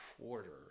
quarter